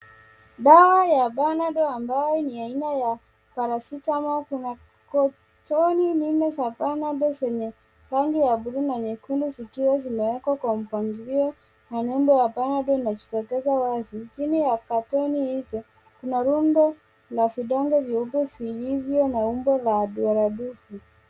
Dawa ya Panadol ambayo ni aina ya Paracetamol kuna katoni nne za Panadol zenye rangi ya bluu na nyekundu zikiwa zimewekwa kwa mpangilio na nembo ya Panadol imejitokeza wazi. Jina ya kampuni ipo. Kuna rundo la vidonge vyeupe vilivyo na umbo la duaradufu.